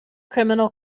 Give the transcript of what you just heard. criminal